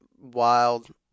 wild